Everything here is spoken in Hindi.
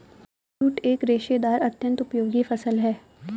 जूट एक रेशेदार अत्यन्त उपयोगी फसल है